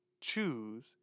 choose